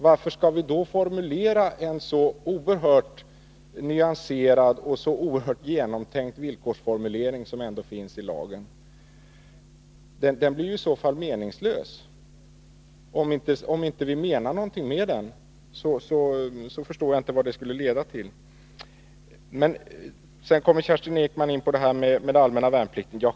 Varför skall vi då formulera så oerhört nyanserade och genomtänkta villkor som finns i lagen? De blir ju i så fall meningslösa. Jag förstår inte vad det skulle leda till om vi inte menar någonting med dem. Sedan kom Kerstin Ekman in på den allmänna värnplikten.